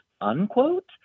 unquote